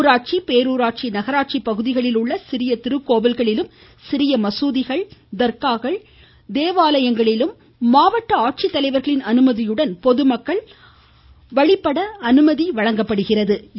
ஊராட்சி பேரூராட்சி நகராட்சி பகுதிகளில் உள்ள சிரிய திருக்கோவில்களிலும் சிறிய மசூதிகள் தர்காக்கள் தேவாலயங்களிலும் மாவட்ட ஆட்சித்தலைவா்களின் அனுமதியுடன் பொதுமக்கள் அனுமதிக்கப்படலாம்